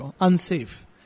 Unsafe